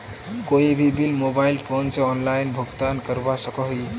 कोई भी bill mobile phone से ऑनलाइन भुगतान करवा सकोहो ही?